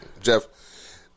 Jeff